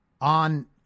on